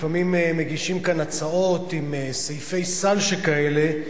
לפעמים מגישים כאן הצעות עם סעיפי סל שכאלה,